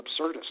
absurdist